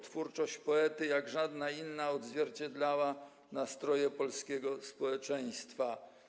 Twórczość tego poety jak żadna inna odzwierciedlała nastroje polskiego społeczeństwa.